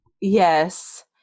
Yes